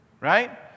right